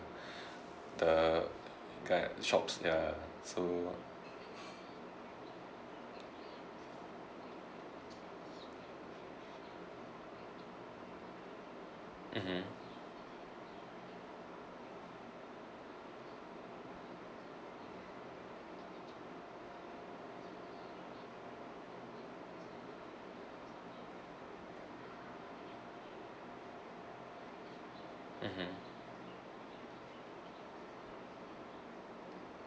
the guy shops ya so mmhmm mmhmm